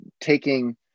taking